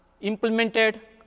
implemented